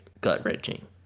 gut-wrenching